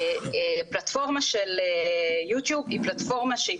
פלטפורמה של יוטיוב היא פלטפורמה שהיא